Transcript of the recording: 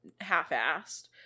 half-assed